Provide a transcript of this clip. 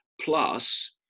plus